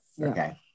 Okay